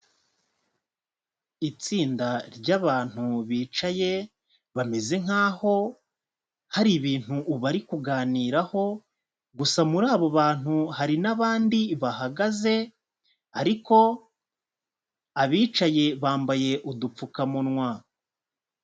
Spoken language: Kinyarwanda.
Itsinda ry'abantu bicaye, bameze nkaho hari ibintu bari kuganiraho gusa muri abo bantu hari n'abandi bahagaze, ariko abicaye bambaye udupfukamunwa.